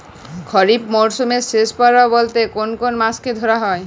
খরিপ মরসুমের শেষ পর্ব বলতে কোন কোন মাস কে ধরা হয়?